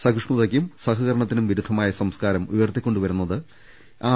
സഹിഷ്ണുതക്കും സഹകര ണത്തിനും വിരുദ്ധമായ സംസ്കാരം ഉയർത്തിക്കൊണ്ടുവന്നത് ആർ